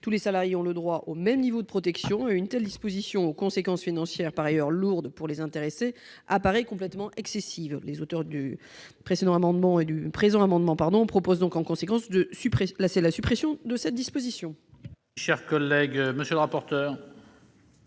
Tous les salariés ont droit au même niveau de protection et une telle disposition, aux conséquences financières par ailleurs lourdes pour les intéressés, apparaît complètement excessive. Les auteurs du présent amendement proposent en conséquence la suppression de cette disposition.